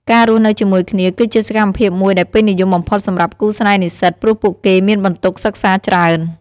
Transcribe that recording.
ការរស់នៅជាមួយគ្នា គឺជាសកម្មភាពមួយដែលពេញនិយមបំផុតសម្រាប់គូស្នេហ៍និស្សិត ព្រោះពួកគេមានបន្ទុកសិក្សាច្រើន។